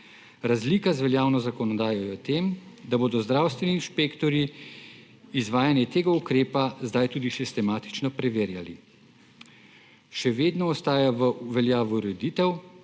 Razlika z veljavno zakonodajo je v tem, da bodo zdravstveni inšpektorji izvajanje tega ukrepa zdaj tudi sistematično preverjali. Še vedno ostaja v veljavi ureditev,